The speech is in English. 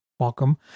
welcome